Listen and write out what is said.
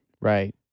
Right